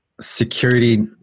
Security